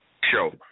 show